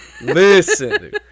Listen